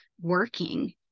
working